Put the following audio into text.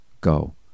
go